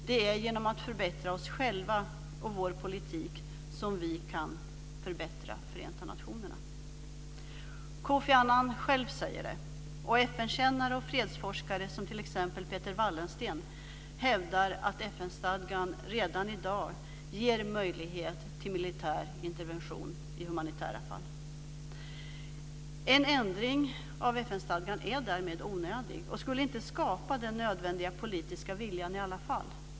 Det är genom att förbättra oss själva och vår politik som vi kan förbättra Förenta Nationerna." Kofi Annan själv säger det, och FN-kännare och fredsforskare som exempelvis Peter Wallensten hävdar att FN-stadgan redan i dag ger möjlighet till militär intervention i humanitära fall. En ändring av FN stadgan är därmed onödig och skulle i alla fall inte skapa den nödvändiga politiska viljan.